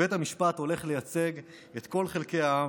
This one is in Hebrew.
בית המשפט הולך לייצג את כל חלקי העם